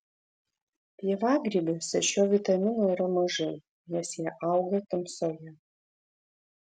pievagrybiuose šio vitamino yra mažai nes jie auga tamsoje